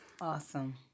awesome